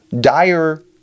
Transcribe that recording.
dire